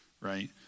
Right